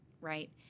right